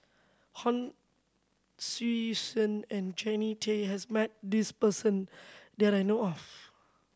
Hon Sui Sen and Jannie Tay has met this person that I know of